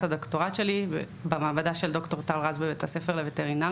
הדוקטורט שלי במעבדה של ד"ר טל רז בבית הספר לווטרינריה.